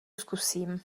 zkusím